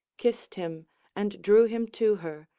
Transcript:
kissed him and drew him to her,